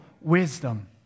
wisdom